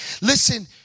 listen